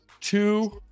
two